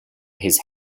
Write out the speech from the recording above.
his